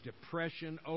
depression